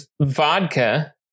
vodka